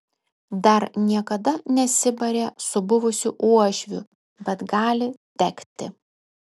dar niekada nesibarė su buvusiu uošviu bet gali tekti